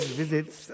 visits